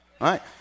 right